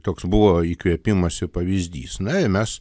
toks buvo įkvėpimas ir pavyzdys na ir mes